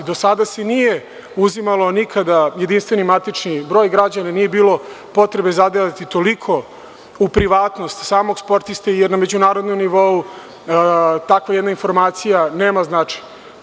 Do sada se nije uzimao nikada jedinstveni matični broj građana, nije bilo potrebe zadirati toliko u privatnost samog sportiste, jer na međunarodnom nivou takva jedna informacija nema značaj.